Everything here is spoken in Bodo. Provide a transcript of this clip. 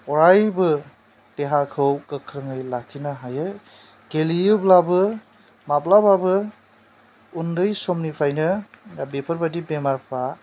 अरायबो देहाखौ गोख्रोङै लाखिनो हायो गेलेयोब्लाबो माब्लाबाबो उन्दै समनिफ्रायनो बेफोरबादि बेमारफ्रा